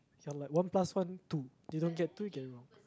you're like one plus one two this one get three get it wrong